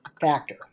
factor